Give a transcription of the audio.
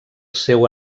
seu